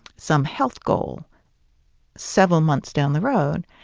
some health goal several months down the road,